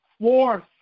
fourth